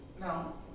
No